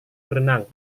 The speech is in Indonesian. berenang